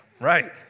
right